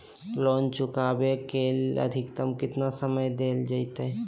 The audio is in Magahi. लोन चुकाबे के अधिकतम केतना समय डेल जयते?